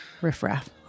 riffraff